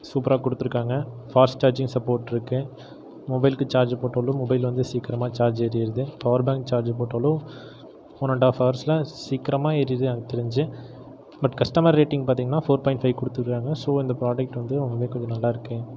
சூப்பராக கொடுத்துருக்காங்க fast charging support இருக்கு மொபைலுக்கு சார்ஜ் போட்டாலும் மொபைலில் வந்து சீக்கரமாக சார்ஜ் ஏறிவிடுது பவர் பேங்க் சார்ஜ் போட்டாலும் ஒன் அண்ட் ஆஃப் அவர்ஸில் சீக்கரமாக ஏறிவிடுது எனக்கு தெரிஞ்சி பட் கஸ்டமர் ரேட்டிங் பார்த்திங்கன்னா ஃபோர் பாய்ண்ட் ஃபைவ் கொடுத்துருக்காங்க ஸோ இந்த ப்ராடெக்ட் வந்து ரொம்பவுமே கொஞ்சம் நல்லாருக்கு